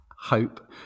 Hope